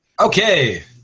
Okay